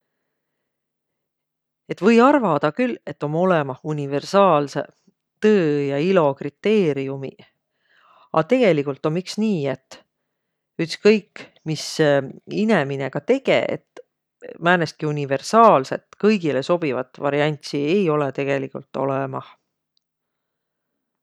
Et või arvadaq külh et om olõmah universaalsõq tõõ ja ilo kriteeriümiq, a tegeligult om iks nii, et ütskõik, mis inemine ka tege, et määnestki universaalsõt, kõigilõ sobivat variantsi ei olõq tegeligult olõmah.